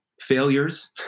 failures